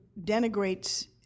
denigrates